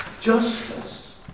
justice